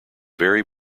very